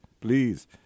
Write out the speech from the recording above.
Please